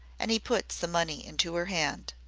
and he put some money into her hand.